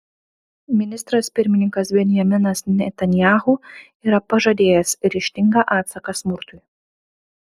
ministras pirmininkas benjaminas netanyahu yra pažadėjęs ryžtingą atsaką smurtui